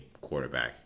quarterback